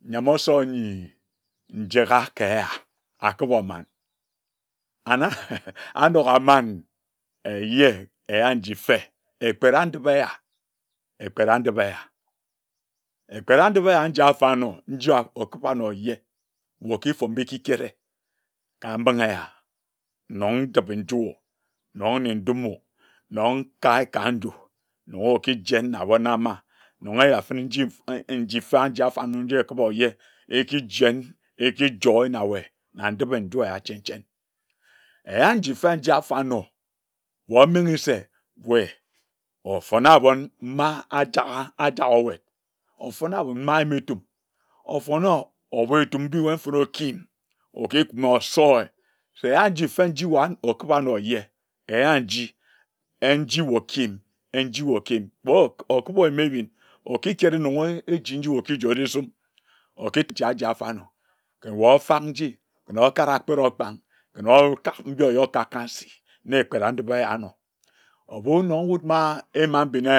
Nyam osor nyi njeka ka eya akubor oman and anoga aman eje eya nji mfe epera ndip eya epera ndip eya, epera ndip eya nji afarnor njia okiba anor oje wae okifom biji kere ka mbinghe eya nong ndipe-nju nong nedumoo nong kae ka nju nong oki jen na abone ama nonge ye afin nji afarnor nji oki bor ye ekijen ekijoer na wae na ndipe-nju eya chen chen eya nji mfe njia afarnor wae omenghe se wae ofone abon ma ajaja ajaga owed ofon abon mayime etum ofone obortum mbi wae mfone okiyim okikume osoer se eya nji fenji wa okiba norye ke eyar nji enji wae okiyim enji wae okiyim kpor okibo oyim ebin okichore enoe eji nji wae okiji ojisum okichai nji afarnor kon wae ofam nji ken okak akpet okpang ken okak nji waer okak ka nsi ne ekpera ndip eya anor obunor wud ma eyima mbine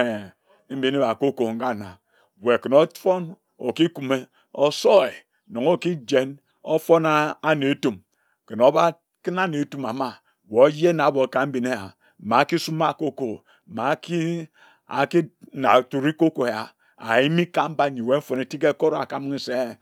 mbine cocoa ndoma wae kene ofon okikume osoer na okijen ofona ane etum kin oba kina anne etum amar wae oje nabor ka mbin eya ma akisum aa cocoa ma aki aki na shori cocoa eya ayimi ka mba nyi wae mfone tik ekora ka mbinghi se